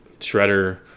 Shredder